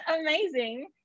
amazing